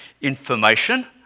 information